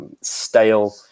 stale